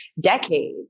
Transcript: decades